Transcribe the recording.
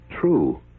true